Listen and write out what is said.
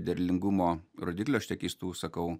derlingumo rodiklių aš čia keistų sakau